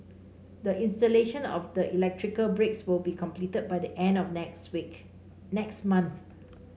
the installation of the electrical breaks will be completed by the end of next week next month